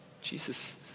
Jesus